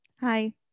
hi